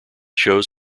shows